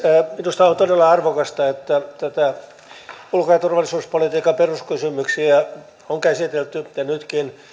minusta on todella arvokasta että näitä ulko ja turvallisuuspolitiikan peruskysymyksiä on käsitelty ja nytkin